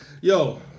Yo